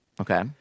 Okay